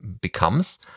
becomes